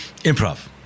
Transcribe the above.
improv